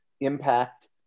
impact